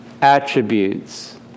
attributes